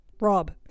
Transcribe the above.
Rob